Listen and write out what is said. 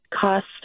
cost